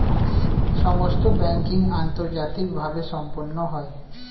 সমস্ত ব্যাংকিং আন্তর্জাতিকভাবে সম্পন্ন হয়